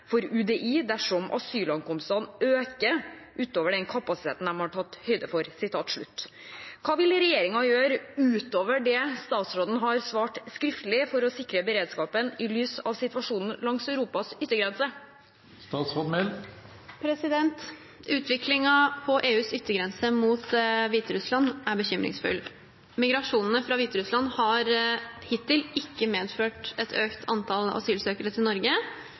for UDI dersom asylankomstene øker utover den kapasiteten de har tatt høyde for.» Hva vil regjeringen gjøre, utover det statsråden har svart skriftlig, for å sikre beredskap, i lys av situasjonen langs Europas yttergrense?» Utviklingen på EUs yttergrense mot Hviterussland er bekymringsfull. Migrasjonene fra Hviterussland har hittil ikke medført et økt antall asylsøkere til Norge.